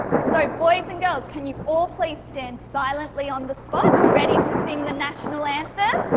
so, boys and girls can you all please stand silently on the spot ready to sing the national anthem.